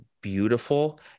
beautiful